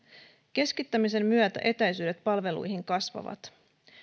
keskittämisen myötä etäisyydet palveluihin kasvavat